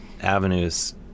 avenues